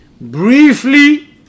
Briefly